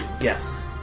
yes